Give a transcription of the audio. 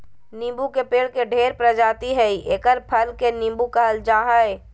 नीबू के पेड़ के ढेर प्रजाति हइ एकर फल के नीबू कहल जा हइ